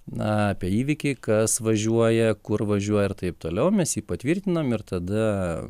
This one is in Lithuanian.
na apie įvykį kas važiuoja kur važiuoja ir taip toliau mes jį patvirtinam ir tada